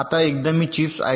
आता एकदा मी चिप्स आय